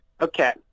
Okay